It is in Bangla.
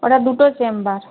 ওটা দুটো চেম্বার